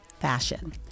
fashion